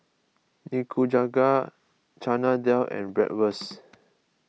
Nikujaga Chana Dal and Bratwurst